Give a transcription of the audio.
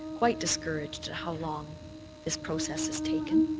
quite discouraged at how long this process has taken.